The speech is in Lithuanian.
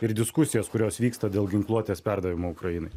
ir diskusijos kurios vyksta dėl ginkluotės perdavimo ukrainai